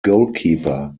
goalkeeper